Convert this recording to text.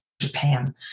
Japan